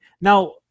Now